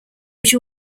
which